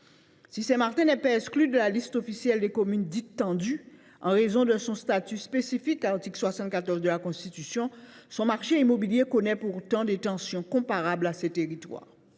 Si Saint Martin n’est pas incluse dans la liste officielle des zones dites tendues, en raison de son statut spécifique régi par l’article 74 de la Constitution, son marché immobilier connaît des tensions comparables à ces territoires.